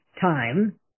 time